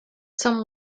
some